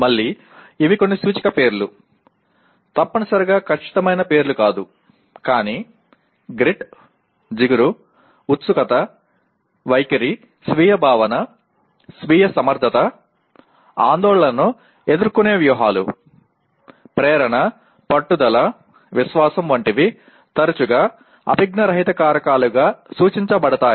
మళ్ళీ ఇవి కొన్ని సూచిక పేర్లు తప్పనిసరిగా ఖచ్చితమైన పేర్లు కాదు కానీ గ్రిట్ జిగురు ఉత్సుకత వైఖరి స్వీయ భావన స్వీయ సమర్థత ఆందోళనను ఎదుర్కునే వ్యూహాలు ప్రేరణ పట్టుదల విశ్వాసం వంటివి తరచుగా అభిజ్ఞా రహిత కారకాలుగా సూచించబడతాయి